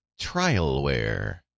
trialware